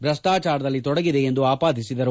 ಭ್ರಷ್ಟಾಚಾರದಲ್ಲಿ ತೊಡಗಿದೆ ಎಂದು ಆಪಾದಿಸಿದರು